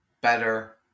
better